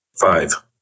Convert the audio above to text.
Five